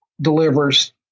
delivers